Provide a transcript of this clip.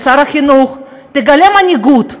שר החינוך: תגלה מנהיגות.